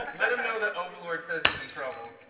let him know that overlord says he's in trouble.